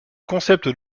concept